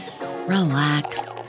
relax